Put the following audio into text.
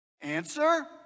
Answer